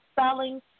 spelling